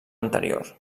anterior